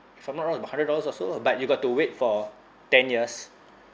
if I'm not wrong about hundred dollars or so but you got to wait for ten years